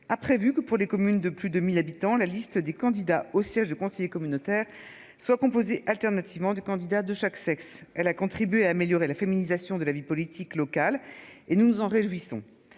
a prévu que pour les communes de plus de 1000 habitants. La liste des candidats au siège de conseiller communautaire soit composée alternativement de candidats de chaque sexe elle a contribué à améliorer la féminisation de la vie politique locale et nous nous en réjouissons